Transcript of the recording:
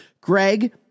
Greg